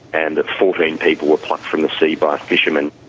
and that fourteen people were plucked from the sea by fishermen.